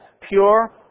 pure